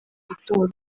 gutorwa